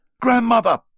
Grandmother